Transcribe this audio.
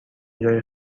جای